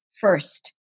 first